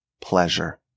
pleasure